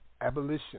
Abolition